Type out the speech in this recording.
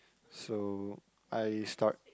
so I start